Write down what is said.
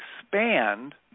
expand